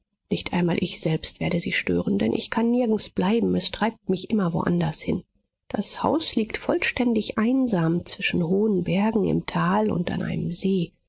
nicht einmal ich selbst werde sie stören denn ich kann nirgends bleiben es treibt mich immer woanders hin das haus liegt vollständig einsam zwischen hohen bergen im tal und an einem see